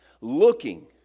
looking